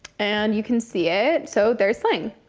and you can see it, so there's sling.